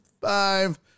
five